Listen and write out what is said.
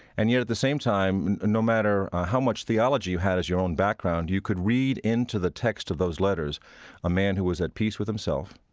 and yet, at the same time, and no matter how much theology you had as your own background, you could read into the text of those letters a man who was at peace with himself,